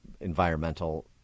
environmental